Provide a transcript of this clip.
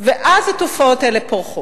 ואז התופעות האלה פורחות.